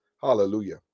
hallelujah